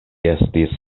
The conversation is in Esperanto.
estis